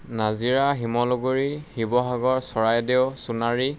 Nazira Simaluguri Sivasagar Charaideo Sonari